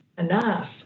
Enough